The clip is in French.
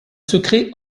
secret